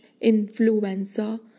influenza